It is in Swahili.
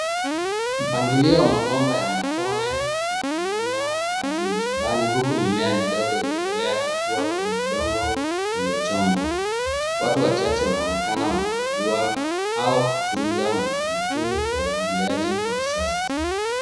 Mpangilio wa mabomba ya matone unaonyonya maji madhambani huku mimea midogo ukiendelea kukua kwenye udongo uliochongwa. Watu wachache wanaonekana wakikagua au kutunza mfumo huu wa umwangiliaji wa kisasa.